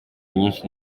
nyinshi